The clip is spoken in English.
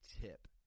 tip